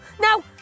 Now